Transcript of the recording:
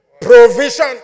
Provision